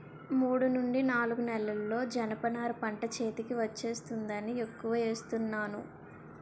మూడు నుండి నాలుగు నెలల్లో జనప నార పంట చేతికి వచ్చేస్తుందని ఎక్కువ ఏస్తున్నాను